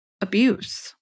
abuse